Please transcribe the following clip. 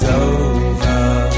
over